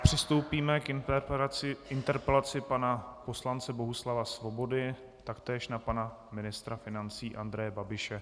Přistoupíme k interpelaci pana poslance Bohuslava Svobody taktéž pana ministra financí Andreje Babiše.